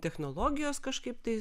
technologijos kažkaip tai